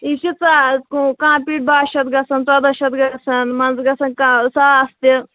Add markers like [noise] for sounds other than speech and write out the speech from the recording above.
یہِ چھُ [unintelligible] کانٛہہ پیٖٹۍ بَہہ شَتھ گژھان ژۄداہ شَتھ گژھان منٛزٕ گژھان کانٛہہ ساس تہِ